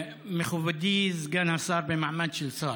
מכובדי סגן השר במעמד של שר,